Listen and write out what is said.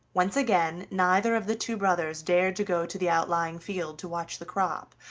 once again neither of the two brothers dared to go to the outlying field to watch the crop,